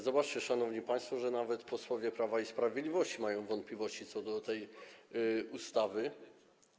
Zobaczcie, szanowni państwo, że nawet posłowie Prawa i Sprawiedliwości mają wątpliwości co do tej ustawy.